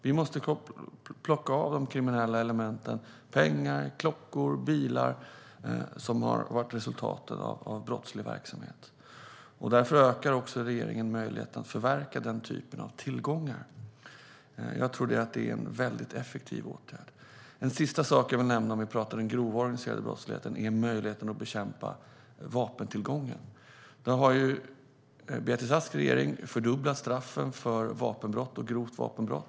Vi måste plocka av de kriminella elementen pengar, klockor och bilar som har varit resultatet av brottslig verksamhet. Därför ökar också regeringen möjligheten att förverka den typen av tillgångar. Det är en effektiv åtgärd. En sista sak jag vill nämna när vi pratar grov organiserad brottslighet är möjligheten att bekämpa vapentillgången. Beatrice Asks regering fördubblade straffen för vapenbrott och grovt vapenbrott.